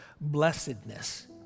blessedness